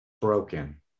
broken